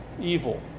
evil